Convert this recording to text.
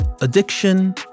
addiction